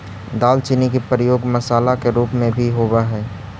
दालचीनी के प्रयोग मसाला के रूप में भी होब हई